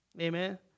Amen